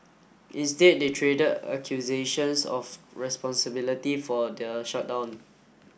instead they traded accusations of responsibility for the shutdown